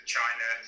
China